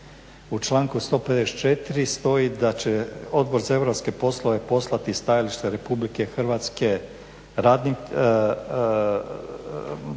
u članku 154.stoji da će Odbor za europske poslove poslati stajalište RH matičnom radnom